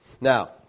Now